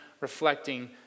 reflecting